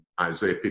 isaiah